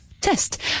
test